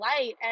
light